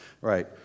Right